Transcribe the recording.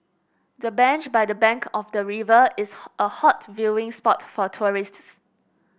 the bench by the bank of the river is a a hot viewing spot for tourists